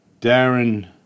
Darren